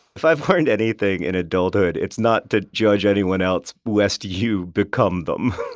if i've learned anything in adulthood, it's not to judge anyone else lest you become them.